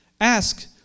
Ask